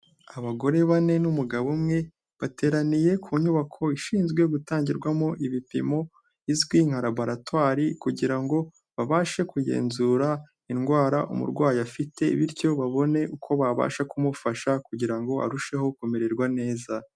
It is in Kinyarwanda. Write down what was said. Abagore bane n'umugabo umwe bateraniye ku nyubako ishinzwe gutangirwamo ibipimo izwi nka laboratwari, kugira ngo babashe kugenzura indwara umurwayi afite bityo babone uko babasha kumufasha kugira ngo arusheho kumererwa neza.